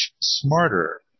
smarter